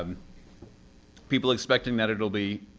um people expecting that it'll be